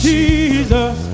Jesus